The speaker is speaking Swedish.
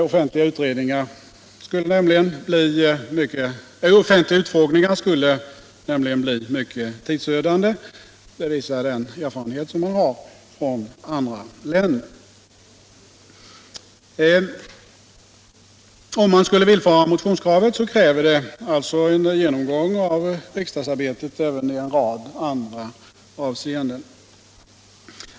Offentliga utfrågningar skulle nämligen bli mycket tidsödande — det visar den erfarenhet som man har från andra länder. Om vi skulle villfara motionskravet krävs det alltså en genomgång av riksdagsarbetet även i en rad andra avseenden.